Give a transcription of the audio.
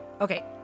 Okay